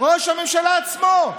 ראש הממשלה עצמו,